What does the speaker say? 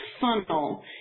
funnel